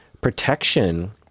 protection